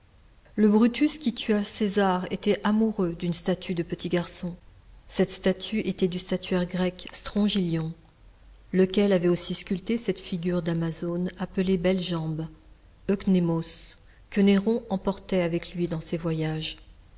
le brutus qui tua césar était amoureux d'une statue de petit garçon cette statue était du statuaire grec strongylion lequel avait aussi sculpté cette figure d'amazone appelée belle jambe eucnemos que néron emportait avec lui dans ses voyages